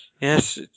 Yes